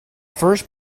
first